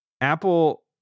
Apple